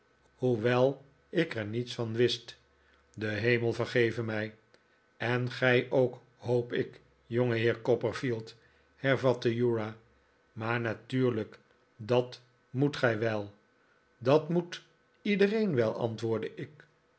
hoewel ik er niets van wist de hemel vergeve mij en gij ook hoop ik jongeheer copperfield hervatte uriah maar natuurlijk dat moet gij wel dat moet iedereen wel antwoordde ik